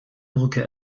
brücke